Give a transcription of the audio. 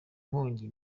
nkongi